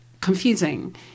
confusing